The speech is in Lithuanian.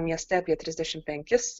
mieste apie trisdešim penkis